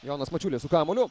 jonas mačiulis su kamuoliu